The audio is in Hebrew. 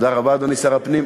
תודה רבה, אדוני שר הפנים.